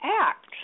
act